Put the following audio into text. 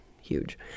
huge